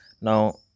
now